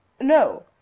No